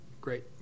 great